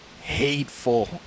hateful